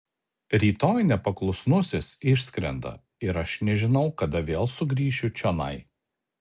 rytoj nepaklusnusis išskrenda ir aš nežinau kada vėl sugrįšiu čionai